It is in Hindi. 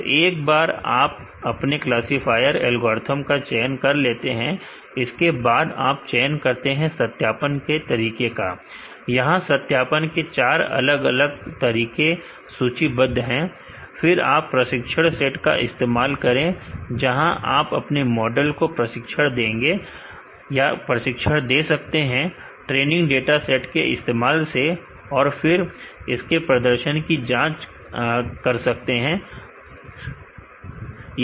दो एक बार आप अपने क्लासीफायर एल्गोरिथ्म का चयन कर लेते हैं इसके बाद आप चयन करते हैं सत्यापन के तरीके का यहां सत्यापन के चार अलग अलग तरीके सूचीबद्ध हैं फिर आप प्रशिक्षण सेट का इस्तेमाल करें जहां आप अपने मॉडल को प्रशिक्षण दे सकते हैं ट्रेनिंग डाटा सेट के इस्तेमाल से और फिर इसके प्रदर्शन को जांच सकते हैं प्रशिक्षण तत्पर